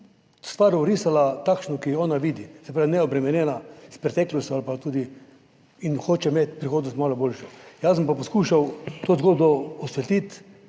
stvar orisala takšno, ki jo ona vidi, se pravi neobremenjena s preteklostjo ali pa tudi in hoče imeti prihodnost malo boljšo. Jaz sem pa poskušal to zgodbo osvetliti